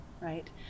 right